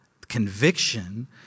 conviction